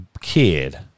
kid